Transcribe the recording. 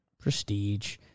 prestige